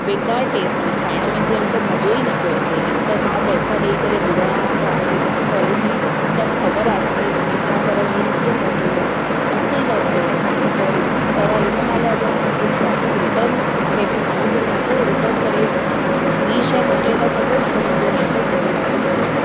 बेकार टेस्ट हुई खाइण में ॼणु त मज़ो ई न पियो अचे हिकु त मां पैसा ॾेई करे घुरायां तव्हांजी कॉलिटी सभु ख़बरु आहे असांखे चङी तरह पर इअं कीअं मोकिली अथव असुलु न वणियो असांखे सॉरी तव्हां हिन महिल वापसि रिटन कंहिंखे माण्हू खे मोकिलियो रिटन करे ॿी शइ मोकिले था सघो न त पोइ मुंहिंजो रिफंड मूंखे वापसि कजो